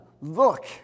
look